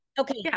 Okay